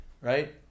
right